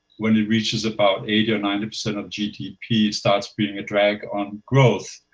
when it reaches about eighty or ninety percent of gdp, starts being a drag on growth.